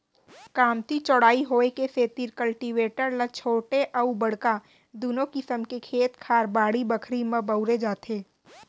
कमती चौड़ाई होय के सेतिर कल्टीवेटर ल छोटे अउ बड़का दुनों किसम के खेत खार, बाड़ी बखरी म बउरे जाथे